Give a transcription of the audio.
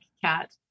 cat